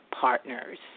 partners